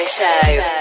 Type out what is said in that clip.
Show